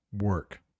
work